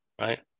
Right